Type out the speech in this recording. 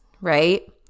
right